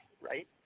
right